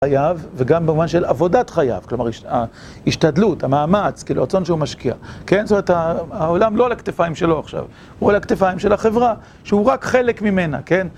וגם במובן של עבודת חייו, כלומר, ההשתדלות, המאמץ, כאילו, הרצון שהוא משקיע. כן? זאת אומרת, העולם לא על הכתפיים שלו עכשיו, הוא על הכתפיים של החברה, שהוא רק חלק ממנה, כן?